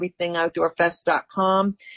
everythingoutdoorfest.com